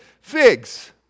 figs